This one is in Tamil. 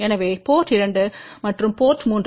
எனவே போர்ட் 2 மற்றும் போர்ட் 3